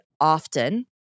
often